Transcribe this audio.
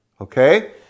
Okay